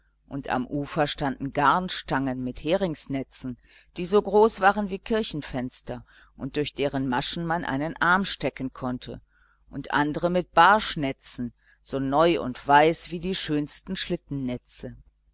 und am ufer standen garnstangen mit heringsnetzen die so groß waren wie kirchenfenster und durch deren maschen man einen arm stecken konnte und andere mit barschnetzen so neu und weiß wie die schönsten